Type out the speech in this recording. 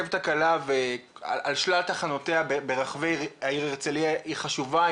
הרכבת הקלה על שלל תחנותיה ברחבי העיר הרצליה היא חשובה,